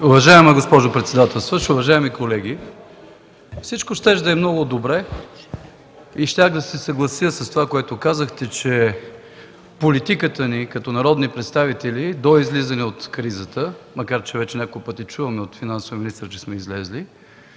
Уважаема госпожо председател, уважаеми колеги! Всичко щеше да е много добре и щях да се съглася с това, което казахте, че политиката ни като народни представители до излизане от кризата, макар че вече няколко пъти чуваме от финансовия министър, че сме излезли,